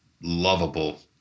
lovable